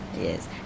yes